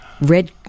Red